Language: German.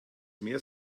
mehr